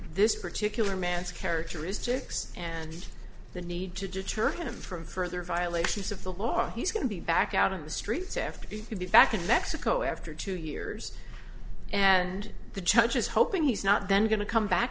this particular man's characteristics and the need to deter him from further violations of the law he's going to be back out on the streets after he could be back in mexico after two years and the judge is hoping he's not then going to come back